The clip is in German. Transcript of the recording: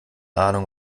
ahnung